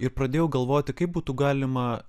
ir pradėjau galvoti kaip būtų galima